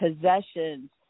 possessions